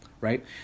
right